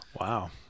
Wow